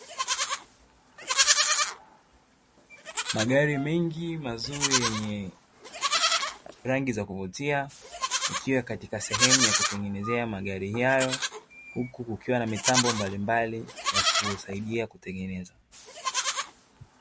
Magari mengi mazuri yenye rangi za kuvutia yakiwa katika sehemu ya kutengenezea magari hayo huku kukiwa na mitambo mbalimbali ya kusaidia kutengeneza.